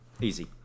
Easy